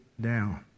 down